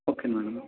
okay madam